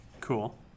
Cool